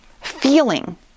feeling